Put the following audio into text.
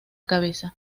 cabeza